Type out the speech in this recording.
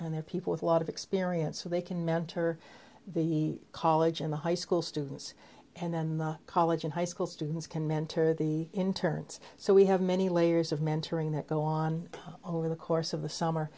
their people with a lot of experience so they can mentor the college in the high school students and then the college and high school students can mentor the interns so we have many layers of mentoring that go on over the course of the summer